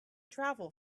travel